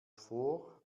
vor